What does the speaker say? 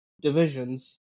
divisions